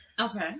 Okay